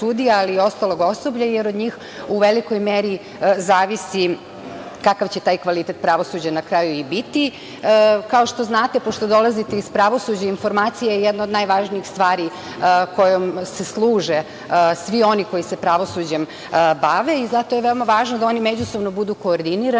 i ostalog osoblja, jer od njih u velikoj meri zavisi kakav će taj kvalitet pravosuđa na kraju i biti. Kao što znate, pošto dolazite iz pravosuđa, informacija je jedna od najvažnijih stvari kojom se služe svi oni koji se pravosuđem bave i zato je veoma važno da oni međusobno budu koordinirani,